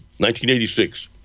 1986